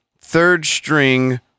third-string